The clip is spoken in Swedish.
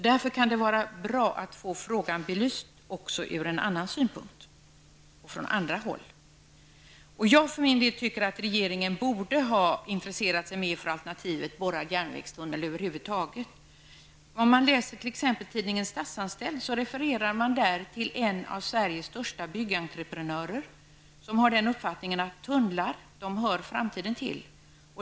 Därför kan det vara bra att få frågan belyst ur annan synpunkt och från andra håll också. För egen del tycker jag att regeringen borde ha intresserat sig mer för alternativet borrad järnvägstunnel över huvud taget. I t.ex. tidningen Statsanställd refererar man till en av Sveriges största byggentreprenörer, som har den uppfattningen att tunnlar hör framtiden till.